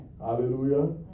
Hallelujah